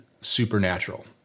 supernatural